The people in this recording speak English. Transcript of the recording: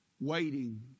Waiting